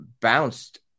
bounced